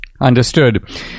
understood